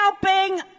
helping